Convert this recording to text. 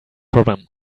problem